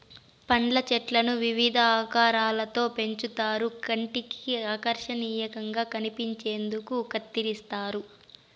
పండ్ల చెట్లను వివిధ ఆకారాలలో పెంచుతారు కంటికి ఆకర్శనీయంగా కనిపించేందుకు కత్తిరిస్తారు